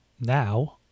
Now